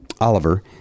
Oliver